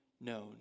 known